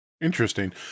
Interesting